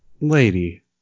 lady